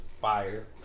fire